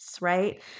right